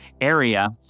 area